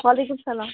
وعلیکُم السلام